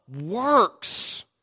works